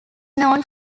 known